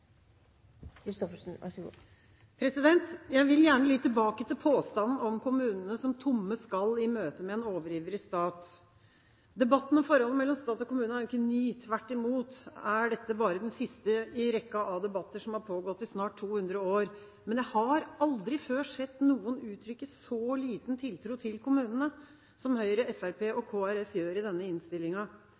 Jeg vil gjerne litt tilbake til påstanden om kommunene som tomme skall i møte med en overivrig stat. Debatten om forholdet mellom stat og kommune er jo ikke ny. Tvert imot, denne er bare den siste i rekken av debatter som har pågått i snart 200 år. Men jeg har aldri før sett noen uttrykke så liten tiltro til kommunene som Høyre, Fremskrittspartiet og Kristelig Folkeparti gjør i denne